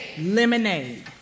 lemonade